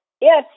yes